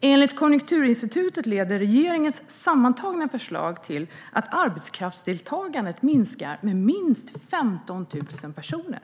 Enligt Konjunkturinstitutet leder regeringens sammantagna förslag till att arbetskraftsdeltagandet minskar med minst 15 000 personer.